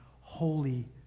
holy